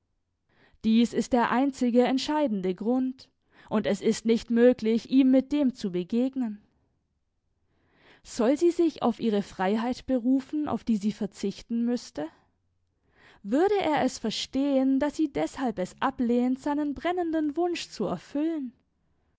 dies ist der einzige entscheidende grund und es ist nicht möglich ihm mit dem zu begegnen soll sie sich auf ihre freiheit berufen auf die sie verzichten müßte würde er es verstehen daß sie deshalb es ablehnt seinen brennenden wunsch zu erfüllen